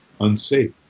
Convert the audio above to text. unsafe